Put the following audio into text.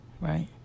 right